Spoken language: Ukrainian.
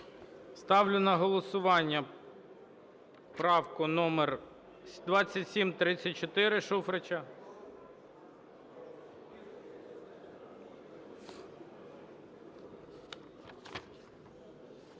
Ставлю на голосування правку номер 2734 Шуфрича.